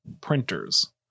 printers